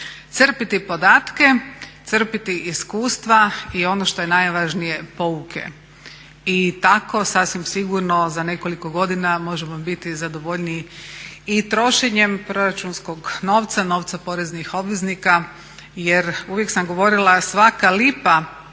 crpiti podatke, crpiti iskustva i ono što je najvažnije pouke. I tako sasvim sigurno za nekoliko godina možemo biti zadovoljniji i trošenjem proračunskog novca, novca poreznih obveznika. Jer uvijek sam govorila svaka lipa